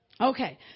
Okay